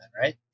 right